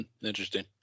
Interesting